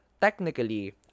technically